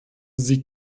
sie